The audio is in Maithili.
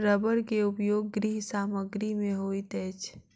रबड़ के उपयोग गृह सामग्री में होइत अछि